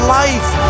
life